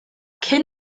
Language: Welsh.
cyn